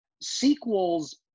sequels